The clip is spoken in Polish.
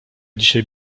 dzisiaj